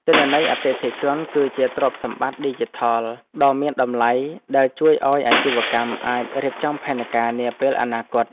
ទិន្នន័យអតិថិជន គឺជាទ្រព្យសម្បត្តិឌីជីថលដ៏មានតម្លៃដែលជួយឱ្យអាជីវកម្មអាចរៀបចំផែនការនាពេលអនាគត។